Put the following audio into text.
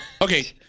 Okay